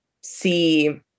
see